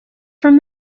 from